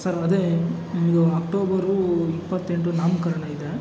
sir ಅದೇ ನಮ್ಮದು October ಇಪ್ಪತ್ತೆಂಟು ನಾಮಕರಣ ಇದೆ